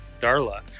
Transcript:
darla